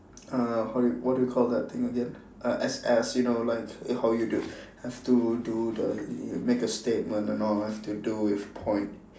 uh how you what do you call that thing again err S_S you know like how you do have to do the you make a statement and all have to do with point